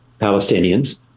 Palestinians